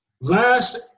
Last